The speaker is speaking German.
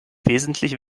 wesentlich